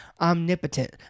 omnipotent